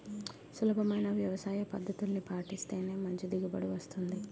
సులభమైన వ్యవసాయపద్దతుల్ని పాటిస్తేనే మంచి దిగుబడి వస్తుంది